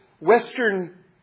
Western